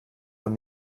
von